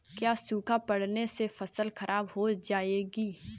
क्या सूखा पड़ने से फसल खराब हो जाएगी?